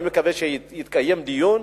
אני מקווה שיתקיים דיון.